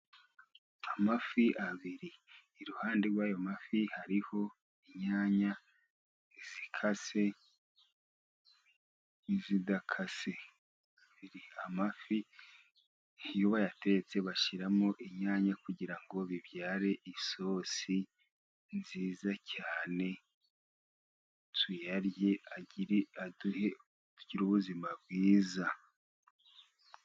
Amafi abiri, iruhande rw'ayo mafi hariho inyanya zikase n'izidakase. Amafi iyo bayatetse bashyiramo inyanya kugira ngo bibyare isosi nziza cyane, tuyarye agire aduhe ubuzima bwiza.